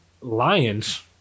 lions